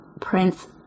Prince